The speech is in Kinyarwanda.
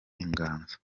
inganzo